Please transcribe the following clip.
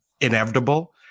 inevitable